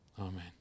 Amen